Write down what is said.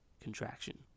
contraction